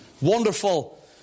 wonderful